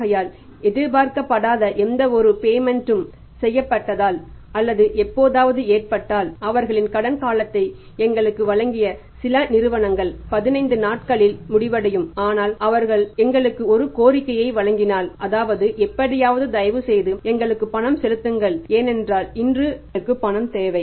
ஆகையால் எதிர்பார்க்கப்படாத எந்தவொரு பேமெண்ட் ம் செய்யப்பட்டதால் அல்லது எப்போதாவது ஏற்பட்டால் அவர்களின் கடன் காலத்தை எங்களுக்கு வழங்கிய சில நிறுவனங்கள் 15 நாட்களில் முடிவடையும் ஆனால் அவர்கள் எங்களுக்கு ஒரு கோரிக்கையை வழங்கினால் அதாவது எப்படியாவது தயவுசெய்து எங்களுக்கு பணம் செலுத்துங்கள் ஏனென்றால் இன்று எங்களுக்கு பணம் தேவை